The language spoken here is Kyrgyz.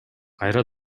кайра